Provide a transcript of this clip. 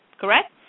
correct